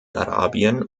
arabien